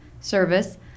service